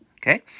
Okay